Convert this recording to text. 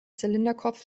zylinderkopf